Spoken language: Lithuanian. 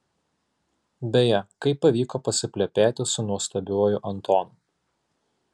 beje kaip pavyko pasiplepėti su nuostabiuoju antonu